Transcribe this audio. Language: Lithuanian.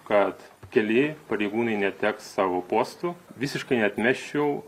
kad keli pareigūnai neteks savo postų visiškai neatmesčiau